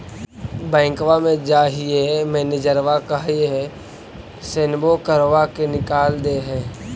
बैंकवा मे जाहिऐ मैनेजरवा कहहिऐ सैनवो करवा के निकाल देहै?